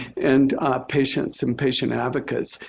and patients and patient advocates.